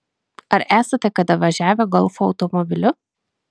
ar esate kada važiavę golfo automobiliu